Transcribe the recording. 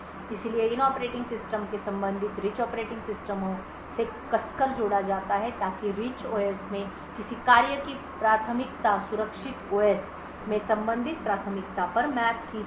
इसलिए इन ऑपरेटिंग सिस्टमों को संबंधित रिच ऑपरेटिंग सिस्टमों से कसकर जोड़ा जाता है ताकि रिच ओएस में किसी कार्य की प्राथमिकता सुरक्षित ओएस में संबंधित प्राथमिकता पर मैप की जा सके